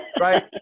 Right